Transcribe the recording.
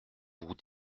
vous